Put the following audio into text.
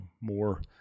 more